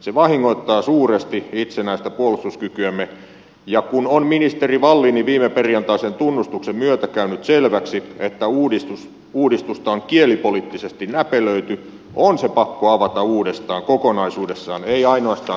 se vahingoittaa suuresti itsenäistä puolustuskykyämme ja kun on ministeri wallinin viimeperjantaisen tunnustuksen myötä käynyt selväksi että uudistusta on kielipoliittisesti näpelöity on se pakko avata uudestaan kokonaisuudessaan ei ainoastaan dragsvikin osalta